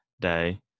day